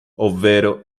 ovvero